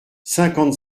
cinquante